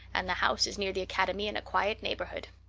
and the house is near the academy, in a quiet neighborhood.